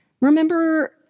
remember